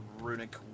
runic